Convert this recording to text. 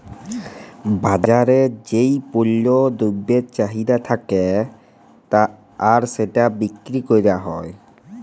বাজারে যেই পল্য দ্রব্যের চাহিদা থাক্যে আর সেটা বিক্রি ক্যরা হ্যয়